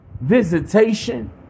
Visitation